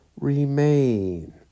remain